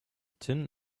tin